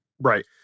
Right